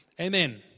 Amen